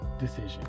decision